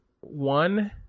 one